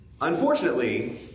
Unfortunately